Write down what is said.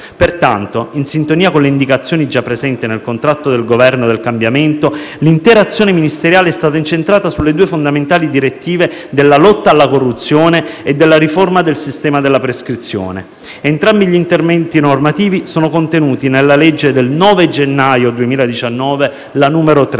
Pertanto, in sintonia con le indicazioni già presenti nel contratto del Governo del cambiamento, l'intera azione ministeriale è stata incentrata sulle due fondamentali direttive della lotta alla corruzione e della riforma del sistema della prescrizione. Entrambi gli interventi normativi sono contenuti nella legge n. 3 del 9 gennaio 2019, la